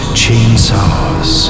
chainsaws